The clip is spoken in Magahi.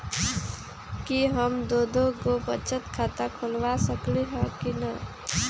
कि हम दो दो गो बचत खाता खोलबा सकली ह की न?